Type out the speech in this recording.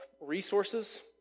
resources